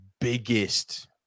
biggest